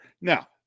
Now